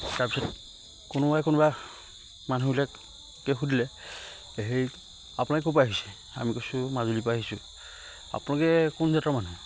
তাৰপিছত কোনোবাই কোনোবা মানুহবিলাকে সুধিলে হেৰি আপোনালোক ক'ৰ পৰা আহিছে আমি কৈছোঁ মাজুলীৰ পৰা আহিছোঁ আপোনালোকে কোন জাতৰ মানুহ